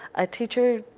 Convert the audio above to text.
a teacher